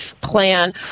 plan